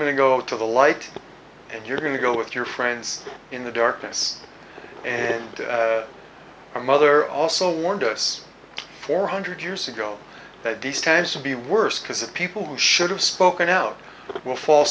going to go to the light and you're going to go with your friends in the darkness and my mother also warned us four hundred years ago that these times would be worse because of people who should have spoken out but will fall